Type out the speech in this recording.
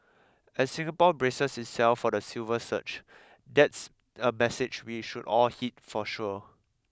as Singapore braces itself for the silver surge that's a message we should all heed for sure